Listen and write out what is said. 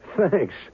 Thanks